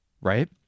Right